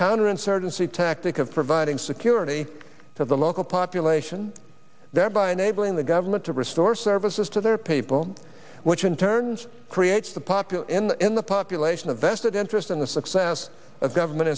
counterinsurgency tactic of providing security to the local population thereby enabling the government to restore services to their people which in turn creates the popular in in the population a vested interest in the success of government